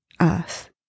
Earth